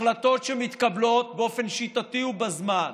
החלטות שמתקבלות באופן שיטתי ובזמן,